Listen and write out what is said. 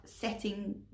setting